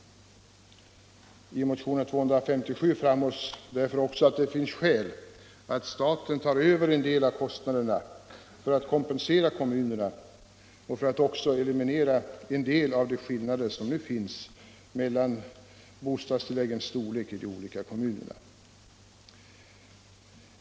I motionen 257 framhålles därför också att det finns skäl till att staten tar över en del av kostnaderna för att kompensera kommunerna och för att eliminera en del av de skillnader som nu finns mellan bostadstilläggens storlek i de olika kommunerna.